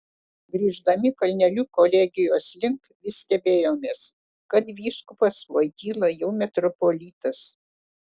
grįždami kalneliu kolegijos link vis stebėjomės kad vyskupas voityla jau metropolitas